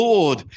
Lord